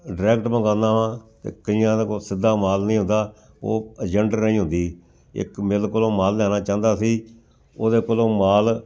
direct ਮੰਗਵਾਉਂਦਾ ਹਾਂ ਅਤੇ ਕਈਆਂ ਦਾ ਕੁਛ ਸਿੱਧਾ ਮਾਲ ਨਹੀਂ ਹੁੰਦਾ ਉਹ ਏਜੰਟ ਰਾਹੀਂ ਹੁੰਦੀ ਇੱਕ ਮਿੱਲ ਕੋਲੋਂ ਮਾਲ ਲੈਣਾ ਚਾਹੁੰਦਾ ਸੀ ਉਹਦੇ ਕੋਲੋਂ ਮਾਲ